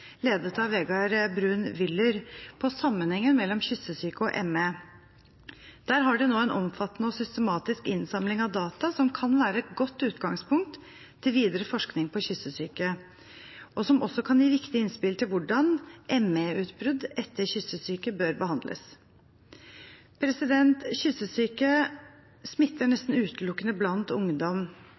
ledet av Vegard Bruun Wyller på sammenhengen mellom kyssesyke og ME. Der har de nå en omfattende og systematisk innsamling av data, som kan være et godt utgangspunkt for videre forskning på kyssesyke, og som også kan gi viktige innspill til hvordan ME-utbrudd etter kyssesyke bør behandles. Kyssesyke smitter nesten utelukkende blant ungdom,